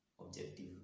objective